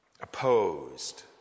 Opposed